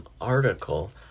article